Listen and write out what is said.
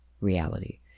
reality